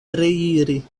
reiri